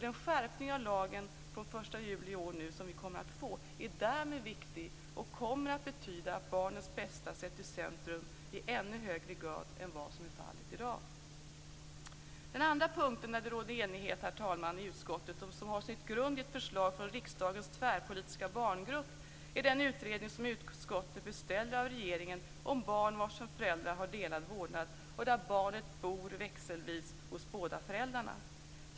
Den skärpning av lagen som vi kommer att få den 1 juli i år är därmed viktig och kommer att betyda att barnets bästa sätts i centrum i ännu högre grad än vad som är fallet i dag. Den andra punkt där det råder enighet i utskottet och som har sin grund i ett förslag från riksdagens tvärpolitiska barngrupp är den utredning som utskottet beställer av regeringen om barn vars föräldrar har delad vårdnad och där barnet växelbor hos båda föräldrarna.